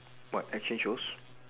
what action shows